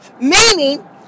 meaning